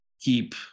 keep